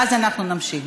ואז אנחנו נמשיך.